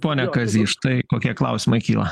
pone kazy štai kokie klausimai kyla